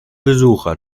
besucher